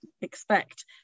expect